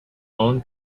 own